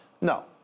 No